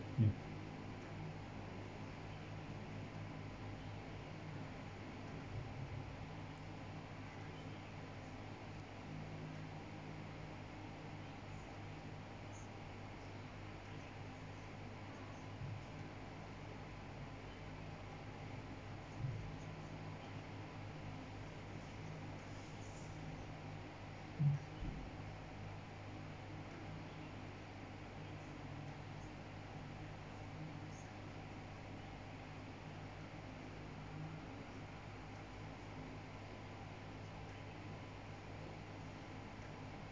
ya